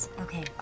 Okay